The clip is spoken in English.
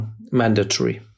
mandatory